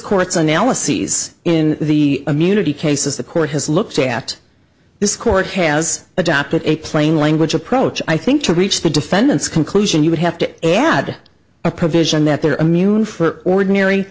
court's analyses in the immunity cases the court has looked at this court has adopted a plain language approach i think to reach the defendant's conclusion you would have to add a provision that they're immune for ordinary